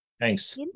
Thanks